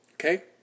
Okay